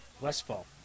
Westfall